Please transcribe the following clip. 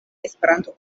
esperanto